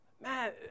man